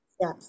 Yes